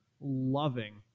loving